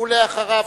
אחריו,